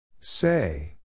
Say